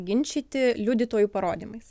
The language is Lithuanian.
ginčyti liudytojų parodymais